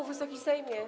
Wysoki Sejmie!